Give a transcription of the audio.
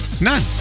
None